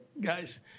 guys